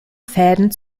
fäden